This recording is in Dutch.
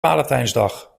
valentijnsdag